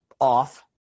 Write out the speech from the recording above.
off